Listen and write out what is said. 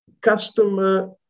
customer